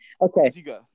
okay